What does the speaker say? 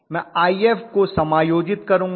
मैं If को समायोजित करूंगा